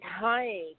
Hi